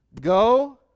Go